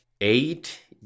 eight